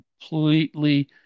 completely